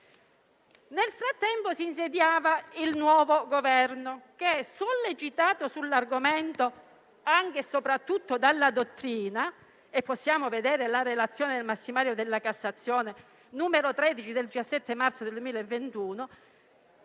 Nel frattempo si insediava il nuovo Governo che, sollecitato sull'argomento anche e soprattutto dalla dottrina (possiamo vedere la relazione del massimario della Cassazione n. 13 del 17 marzo 2021)